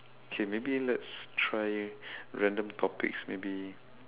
okay maybe let's try random topics maybe